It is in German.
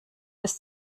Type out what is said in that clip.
bis